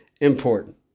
important